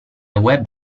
web